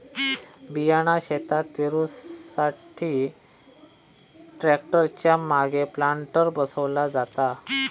बियाणा शेतात पेरुसाठी ट्रॅक्टर च्या मागे प्लांटर बसवला जाता